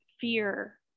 fear